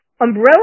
umbrella